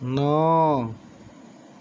ন